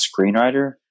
screenwriter